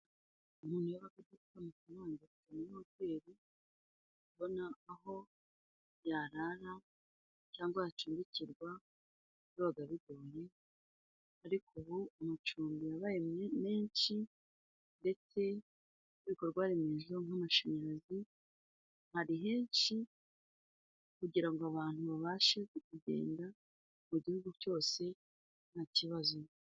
Iyo umuntu yabaga afite amafaranga akajya kuri hoteri, kubona aho yarara cyangwa yacumbikirwa byabaga bigoye, ariko ubu amacumbi yabaye menshi ndetse n'ibikorwa remezo, nk'amashanyarazi ari henshi kugira ngo abantu babashe kugenda mu gihugu cyose ntaki kibazo.